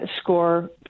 score